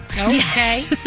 Okay